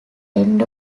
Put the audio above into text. end